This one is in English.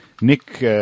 Nick